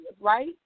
right